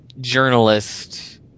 journalist